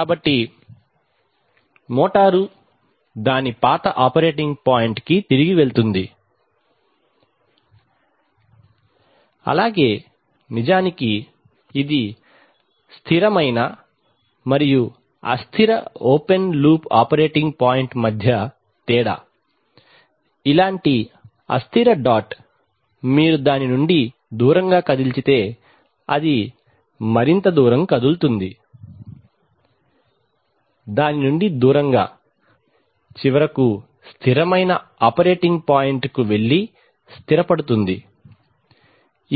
కాబట్టి మోటారు దాని పాత ఆపరేటింగ్ పాయింట్కి తిరిగి వెళ్తుంది ఆలాగే నిజానికి ఇది స్థిరమైన మరియు అస్థిర ఓపెన్ లూప్ ఆపరేటింగ్ పాయింట్ మధ్య తేడా ఇలాంటి అస్థిర డాట్ మీరు దాని నుండి దూరంగా కదల్చితే అది మరింత దూరం కదులుతుంది దాని నుండి దూరంగా చివరకు స్థిరమైన ఆపరేటింగ్ పాయింట్కు వెళ్ళి స్థిరపడుతుంది